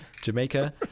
Jamaica